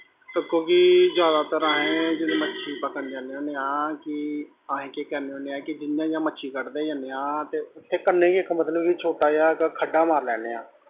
तक्को जी जादातर असीं जेल्लै मच्छी पकड़न जन्ने होन्ने आं कि असीं केह् करने आं कि जियां जियां मच्छी कड्ढदे जन्ने आं ते उत्थें कन्नै गै इक छोटा मतलब कि जेहा खड्डा मारी लैन्ने आं